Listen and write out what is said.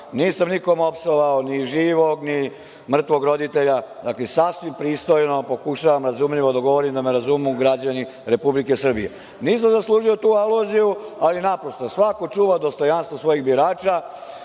nisam nikom opsovao ni živog, ni mrtvog roditelja. Znači, sasvim pristojno pokušavam razumljivo da govorim da me razumeju građani Republike Srbije. Nisam zaslužio tu aluziju, ali naprosto svako čuva dostojanstvo svojih birača.